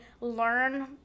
learn